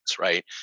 right